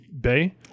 bay